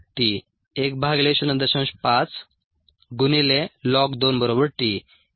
5ln 2t 10